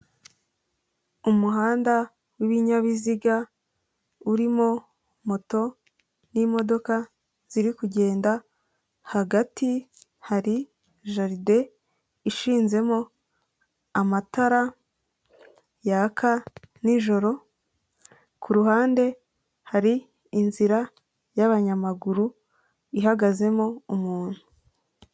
Umuhanda wi'ibinyabiziga urimo moto n'imodoka ziri kugenda hagati hari jaride ishinzemo amatara yaka n'ijoro kuruhande hari inzira y'abanyamaguru ihagazemo umuntu.